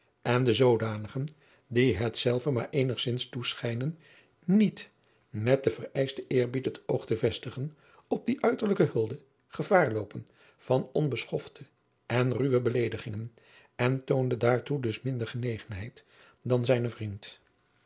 en de zoodanigen die hetzelve maar eenigzins toeschijnen niet met den vereischten eerbied het oog te vestigen op die uiterlijke hulde gevaar loopen van onbeschofte en ruwe beleedigingen en toonde daartoe dus minder genegenheid dan zijn vriend